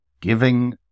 giving